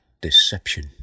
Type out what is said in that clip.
deception